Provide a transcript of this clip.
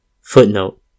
Footnote